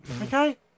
Okay